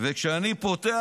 כשאני פותח,